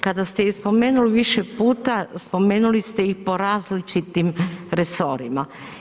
Kada ste ih spomenuli više puta, spomenuli ste ih po različitim resorima.